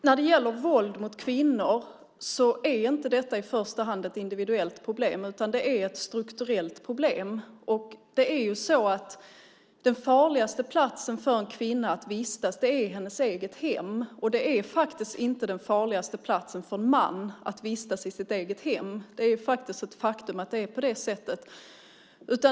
När det gäller våld mot kvinnor är inte det i första hand ett individuellt problem, utan det är ett strukturellt problem. Det är ju så att den farligaste platsen för en kvinna att vistas på är hennes eget hem, och det egna hemmet är faktiskt inte den farligaste platsen att vistas på för en man. Det är ett faktum att det är på det sättet.